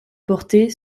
portait